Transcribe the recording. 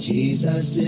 Jesus